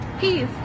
peace